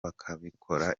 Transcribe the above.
bakabikora